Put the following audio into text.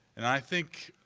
and i think,